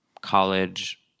college